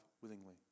willingly